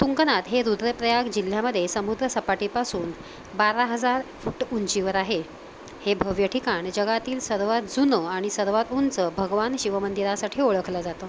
तुंगनाथ हे रुद्रप्रयाग जिल्ह्यामधे समुद्रसपाटीपासून बारा हजार फुट उंचीवर आहे हे भव्य ठिकाण जगातील सर्वात जुनं आणि सर्वात उंच भगवान शिवमंदिरासाठी ओळखलं जातं